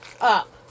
up